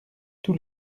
tous